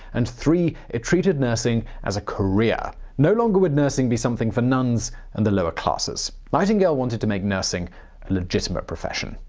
and, three it treated nursing as a career. no longer would nursing be something for nuns and the lower classes. nightingale wanted to make nursing a legitimate profession.